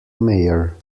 mayor